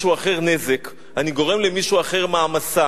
את הדברים במשפט וחצי: על כל חסידות מישהו משלם את המחיר.